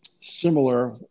similar